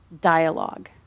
dialogue